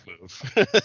move